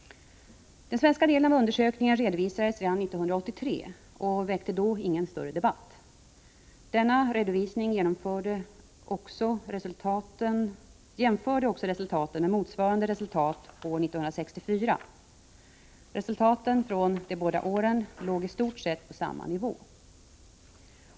Den svenska delen av undersökningen redovisades redan 1983 och väckte då ingen större debatt. Denna redovisning jämförde också resultaten med motsvarande resultat 1964. Resultaten från de båda åren låg i stort sett på samma nivå.